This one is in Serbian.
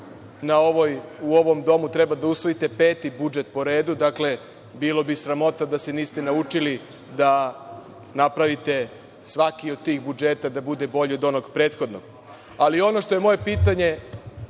u ovom Domu treba da usvojite peti budžet po redu. Dakle, bila bi sramota da se niste naučili da napravite svaki od tih budžeta da bude bolji od onog prethodnog. Moje pitanje